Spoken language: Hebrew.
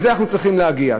ולזה אנחנו צריכים להגיע.